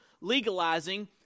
legalizing